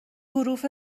حروف